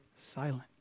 silent